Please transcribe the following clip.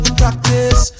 practice